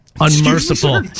Unmerciful